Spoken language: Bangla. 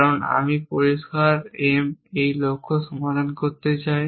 কারণ আমি পরিষ্কার M এই লক্ষ্য সমাধান করতে চান